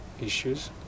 issues